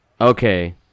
okay